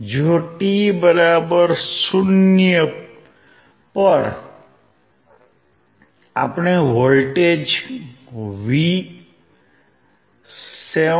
જો t 0 પર આપણે વોલ્ટેજ 7